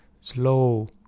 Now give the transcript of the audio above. slow